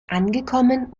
angekommen